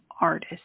artist